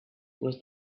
was